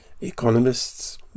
economists